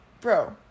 Bro